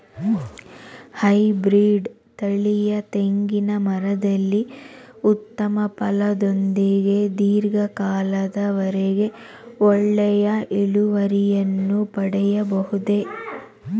Hybrid ತಳಿಯ ತೆಂಗಿನ ಮರದಲ್ಲಿ ಉತ್ತಮ ಫಲದೊಂದಿಗೆ ಧೀರ್ಘ ಕಾಲದ ವರೆಗೆ ಒಳ್ಳೆಯ ಇಳುವರಿಯನ್ನು ಪಡೆಯಬಹುದೇ?